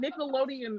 Nickelodeon